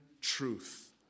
truth